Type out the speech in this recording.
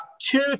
two